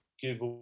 give